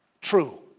true